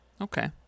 Okay